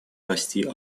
расти